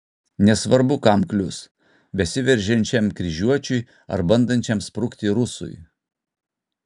nesvarbu kam klius besiveržiančiam kryžiuočiui ar bandančiam sprukti rusui